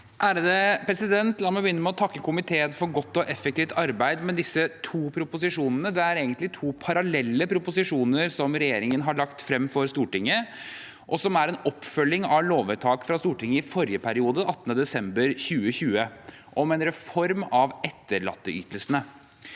nr. 3 og 4): La meg begynne med å takke komiteen for godt og effektivt arbeid med disse to proposisjonene. Det er egentlig to parallelle proposisjoner regjeringen har lagt frem for Stortinget, som en oppfølging av lovvedtak fra Stortinget i forrige periode, 18. desember 2020, om en reform av etterlatteytelsene.